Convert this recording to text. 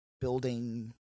building